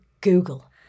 Google